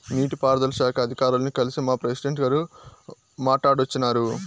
నీటి పారుదల శాఖ అధికారుల్ని కల్సి మా ప్రెసిడెంటు గారు మాట్టాడోచ్చినారు